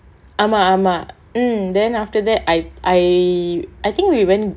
ஆமா ஆமா:aamaa aamaa mm then after that I I I think we went